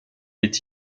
est